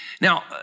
Now